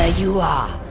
ah you are,